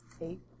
Eight